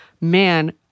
man